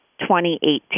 2018